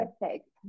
Perfect